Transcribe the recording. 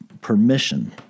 permission